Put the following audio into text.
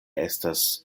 estas